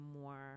more